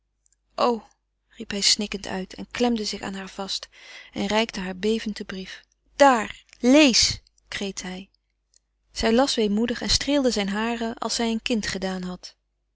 riep hij snikkend uit en klemde zich aan haar vast en reikte haar bevend den brief daar lees kreet hij zij las weemoedig en streelde zijne haren als zij een kind gedaan had